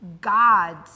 God's